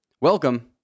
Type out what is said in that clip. Welcome